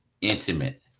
intimate